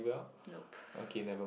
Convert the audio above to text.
nope